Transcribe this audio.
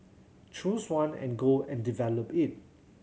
choose one and go and develop it